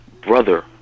brother